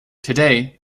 today